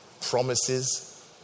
Promises